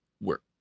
work